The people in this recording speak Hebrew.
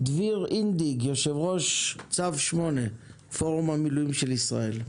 דביר אינדיג, יו"ר צו 8 פורום המילואים של ישראל.